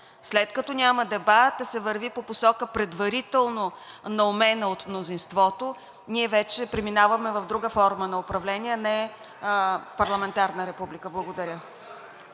След като няма дебат, да се върви по посока, предварително наумена от мнозинството, ние вече преминаваме в друга форма на управление, а не парламентарна република. Благодаря.